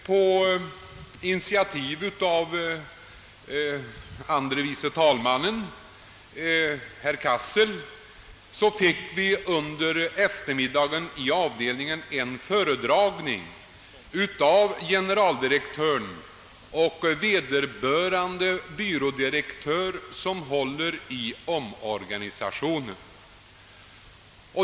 På initiativ av andre vice talmannen, herr Cassel, fick vi på eftermiddagen samma dag en föredragning i avdelningen av generaldirektören och den byrådirektör som har hand om denna omorganisation.